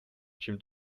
čím